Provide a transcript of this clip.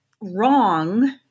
wrong